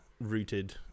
rooted